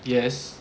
yes